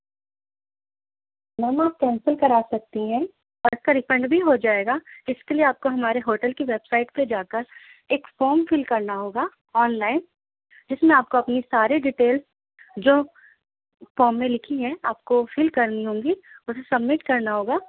میم آپ کینسل کرا سکتی ہیں اور اس کا ریفنڈ بھی ہو جائے گا اس کے لیے آپ کو ہمارے ہوٹل کی ویب سائٹ پہ جا کر ایک فام فل کرنا ہوگا آنلائن جس میں آپ کو اپنی ساری ڈیٹیلس جو فام میں لکھی ہیں آپ کو فل کرنی ہوں گی اسے سبمٹ کرنا ہوگا